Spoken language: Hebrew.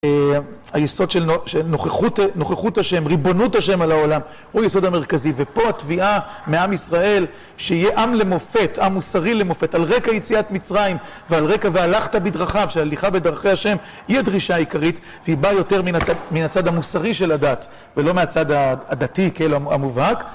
היסוד של נוכחות השם, ריבונות השם על העולם, הוא היסוד המרכזי. ופה התביעה מעם ישראל, שיהיה עם למופת, עם מוסרי למופת, על רקע יציאת מצרים, ועל רקע והלכת בדרכיו, שהליכה בדרכי השם, היא הדרישה העיקרית, והיא באה יותר מן הצד המוסרי של הדת, ולא מהצד הדתי כאילו המובהק.